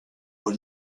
aux